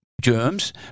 germs